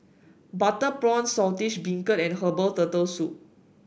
Butter Prawn Saltish Beancurd and Herbal Turtle Soup